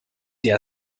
der